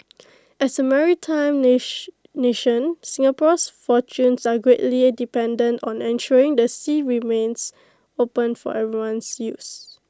as A maritime nation Singapore's fortunes are greatly dependent on ensuring the sea remains open for everyone's use